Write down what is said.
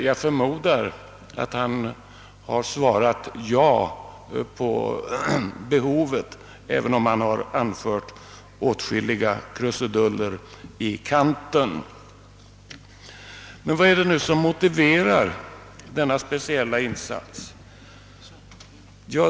Jag förmodar dock att han erkände behovet, även om han gjorde det med åtskilliga krusiduller i kanten. Vad är det som motiverar denna speciella insats?